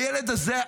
הילד הזה,